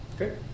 okay